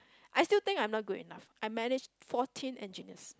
I still think I'm not good enough I manage fourteen engineers